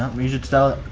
um he should sell it.